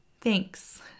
thanks